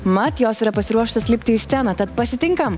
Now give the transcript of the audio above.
mat jos yra pasiruošusios lipti į sceną tad pasitinkam